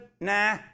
nah